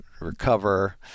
recover